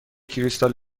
کریستال